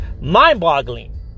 mind-boggling